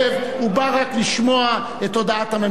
הוא בא רק לשמוע את הודעת הממשלה.